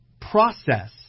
process